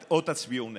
או: תצביעו נגד.